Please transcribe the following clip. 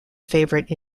favorite